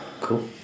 Cool